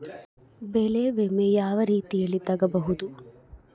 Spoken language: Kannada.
ಬೆಳೆ ವಿಮೆ ಯಾವ ರೇತಿಯಲ್ಲಿ ತಗಬಹುದು?